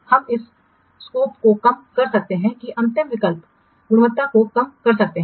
इसलिए हम इस दायरे को कम कर सकते हैं और अंतिम विकल्प गुणवत्ता को कम कर सकते हैं